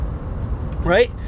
right